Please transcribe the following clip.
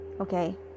Okay